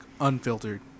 unfiltered